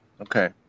Okay